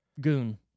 Goon